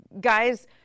guys